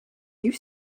you